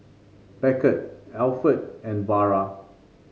Beckett Alford and Vara